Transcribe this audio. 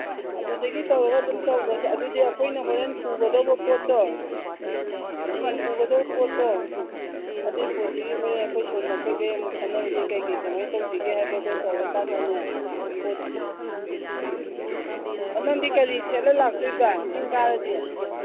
ꯑꯗꯨꯗꯒꯤ ꯇꯧꯔꯒ ꯑꯗꯨꯝ ꯇꯧꯒ꯭ꯔꯁꯦ ꯑꯗꯨꯗꯤ ꯑꯩꯈꯣꯏꯅ ꯍꯣꯔꯦꯟ ꯄꯨꯒꯗꯧꯕ ꯄꯣꯠꯇꯣ ꯍꯌꯦꯡ ꯄꯨꯒꯗꯧ ꯄꯣꯠꯇꯣ ꯑꯗꯨꯒꯤ ꯄꯣꯠꯇꯨꯒꯤ ꯍꯣꯔꯦꯟ ꯑꯩꯈꯣꯏ ꯁꯣꯝꯗ ꯑꯩꯈꯣꯏꯒꯩ ꯑꯃꯨꯛ ꯈꯟꯅꯔꯁꯤ ꯀꯔꯤ ꯀꯔꯤ ꯀꯃꯥꯏꯅ ꯇꯧꯁꯤꯒꯦ ꯍꯥꯏꯕꯗꯣ ꯇꯧꯔꯀꯥꯟꯗꯅꯦ ꯄꯣꯠ ꯅꯪꯗꯤ ꯀꯔꯤ ꯁꯦꯠꯂ ꯂꯥꯛꯇꯣꯏꯕ ꯆꯤꯡ ꯀꯥꯔꯗꯤ